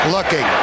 Looking